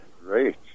Great